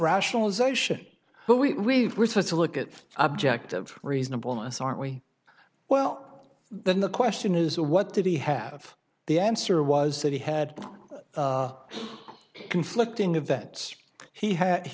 rationalization but we were supposed to look at the object of reasonableness aren't we well then the question is what did he have the answer was that he had conflicting events he had he